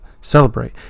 celebrate